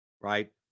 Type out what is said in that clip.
right